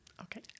Okay